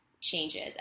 Changes